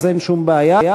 אין שום בעיה.